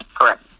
correct